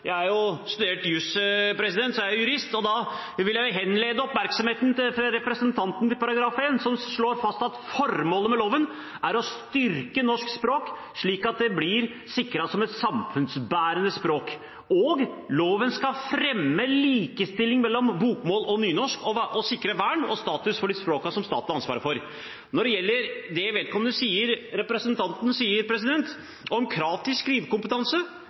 Jeg har studert juss og er jurist, så da vil jeg henlede representantens oppmerksomhet til § 1, som slår fast at formålet med loven er å styrke norsk språk slik at det blir sikret som et samfunnsbærende språk. Og: Loven skal fremme likestilling mellom bokmål og nynorsk og sikre vern og status for de språkene staten har ansvaret for. Når det gjelder det representanten sier om krav til skrivekompetanse,